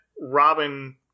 Robin